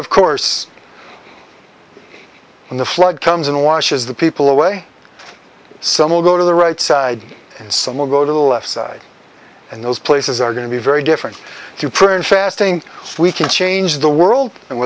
of course when the flood comes and washes the people away some will go to the right side and some will go to the left side and those places are going to be very different to pern fasting we can change the world and